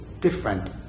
different